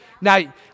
now